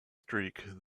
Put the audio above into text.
streak